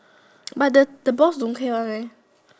but the the boss don't care one meh